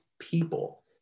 people